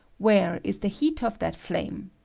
where is the heat of that flame?